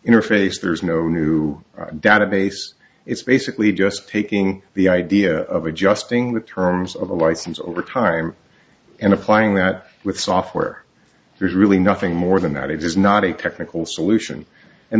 interface there's no new database it's basically just taking the idea of adjusting the terms of the license over time and applying that with software there's really nothing more than that it is not a technical solution and